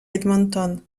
edmonton